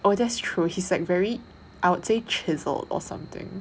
oh that's true he's like very I would say looks chiseled or something